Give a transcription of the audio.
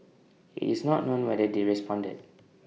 IT is not known whether they responded